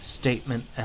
Statement